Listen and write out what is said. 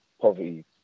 poverty